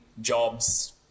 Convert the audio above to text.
jobs